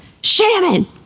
shannon